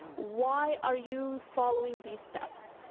why are you following these steps?